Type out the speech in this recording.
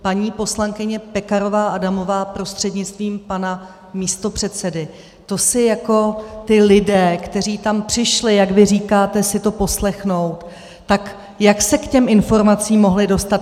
Paní poslankyně Pekarová Adamová prostřednictvím pana místopředsedy, to jako ti lidé, kteří tam přišli, jak vy říkáte, si to poslechnout, tak jak se k těm informacím měli dostat?